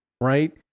right